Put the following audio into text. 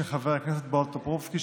של חבר הכנסת בועז טופורובסקי,